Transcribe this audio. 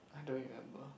I don't remember